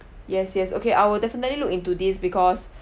yes yes okay I will definitely look into this because